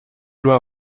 loi